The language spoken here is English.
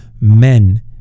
men